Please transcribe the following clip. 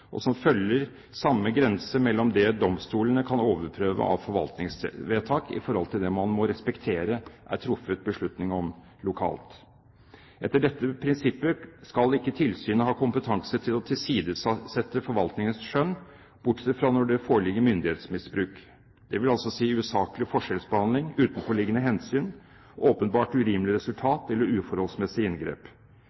og som følger samme grense mellom det domstolene kan overprøve av forvaltningsvedtak, og det man må respektere det er truffet beslutning om lokalt. Etter dette prinsippet skal ikke tilsynet ha kompetanse til å tilsidesette forvaltningens skjønn, bortsett fra når det foreligger myndighetsmisbruk, dvs. usaklig forskjellsbehandling, utenforliggende hensyn, åpenbart urimelig